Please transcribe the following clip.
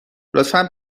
لطفا